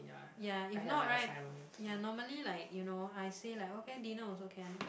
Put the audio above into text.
ya if not right ya normally like you know I say like okay dinner also can